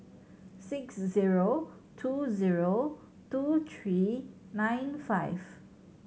six zero two zero two three nine five